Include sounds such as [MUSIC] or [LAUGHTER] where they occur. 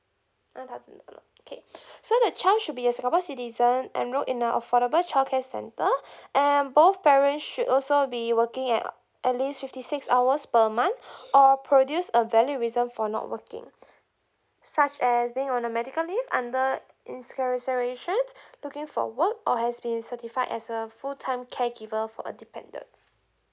one thousand alone okay [BREATH] so the child should be a singapore citizen enrolled in a affordable childcare centre [BREATH] and both parents should also be working at at least fifty six hours per month [BREATH] or produce a valid reason for not working such as being on a medical leave under looking for work or has been certified as a full time caregiver for a dependant